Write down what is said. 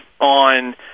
on